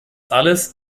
alles